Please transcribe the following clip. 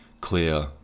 clear